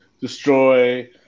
destroy